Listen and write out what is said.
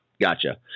Gotcha